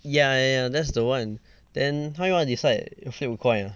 yeah yeah yeah that's the one then how you want to decide flip a coin ah